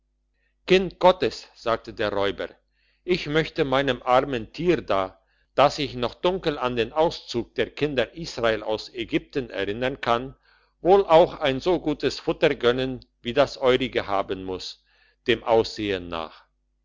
kind gottes sagte der räuber ich möchte meinem armen tier da das sich noch dunkel an den auszug der kinder israel aus ägypten erinnern kann wohl auch ein so gutes futter gönnen wie das eurige haben muss dem aussehen nach